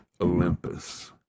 Olympus